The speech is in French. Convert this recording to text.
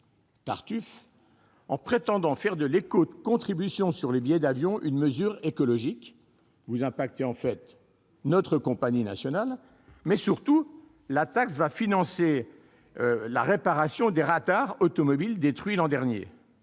tartuffes quand vous prétendez faire de l'éco-contribution sur les billets d'avion une mesure écologique : vous impactez en fait notre compagnie nationale et, surtout, la taxe financera la réparation des radars routiers détruits l'année dernière